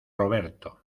roberto